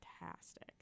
fantastic